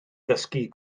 ddysgu